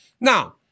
Now